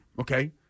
Okay